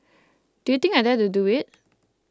do you think I dare to do it